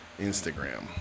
Instagram